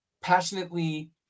passionately